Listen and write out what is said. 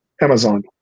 Amazon